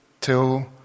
Till